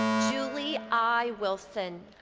julie i. wilson.